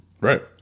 Right